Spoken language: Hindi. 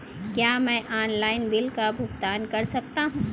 क्या मैं ऑनलाइन बिल का भुगतान कर सकता हूँ?